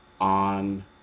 on